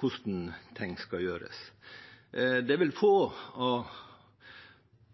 hvordan ting skal gjøres. Det er vel få av